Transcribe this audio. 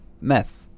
Meth